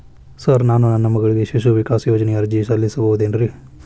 Sir ನಾನು ನನ್ನ ಮಗಳಿಗೆ ಶಿಶು ವಿಕಾಸ್ ಯೋಜನೆಗೆ ಅರ್ಜಿ ಸಲ್ಲಿಸಬಹುದೇನ್ರಿ?